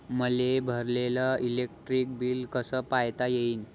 मले भरलेल electric bill कस पायता येईन?